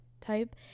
type